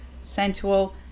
sensual